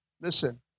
Listen